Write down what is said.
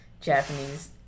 Japanese